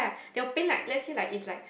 they will paint like let's say like it's like